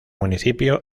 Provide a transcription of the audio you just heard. municipio